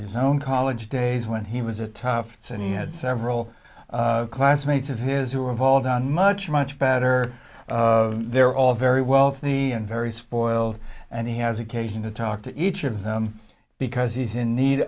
his own college days when he was a tough and he had several classmates of his who have all done much much better they're all very wealthy and very spoiled and he has occasion to talk to each of them because he's in need